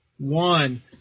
One